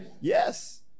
Yes